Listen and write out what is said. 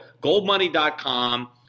goldmoney.com